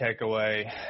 takeaway